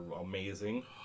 amazing